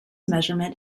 measurement